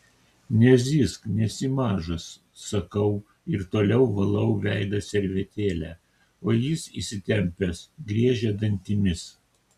nezyzk nesi mažas sakau ir toliau valau veidą servetėle o jis įsitempęs griežia dantimis